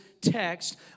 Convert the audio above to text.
text